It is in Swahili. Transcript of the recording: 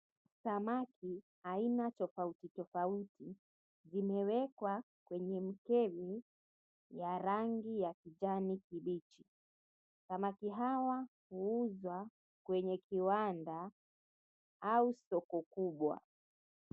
Samaki aina tofauti tofauti zimewekwa kwenye mkevu ya rangi ya kijani kibichi. Samaki hawa huuzwa kwenye kiwanda au soko kubwa.